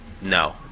No